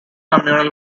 communal